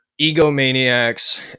egomaniacs